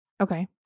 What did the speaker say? Okay